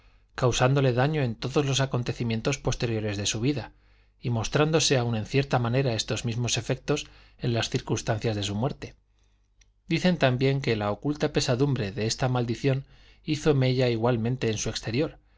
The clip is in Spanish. causándole daño en todos los acontecimientos posteriores de su vida y mostrándose aún en cierta manera estos mismos efectos en las circunstancias de su muerte dicen también que la oculta pesadumbre de esta maldición hizo mella igualmente en su exterior